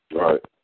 Right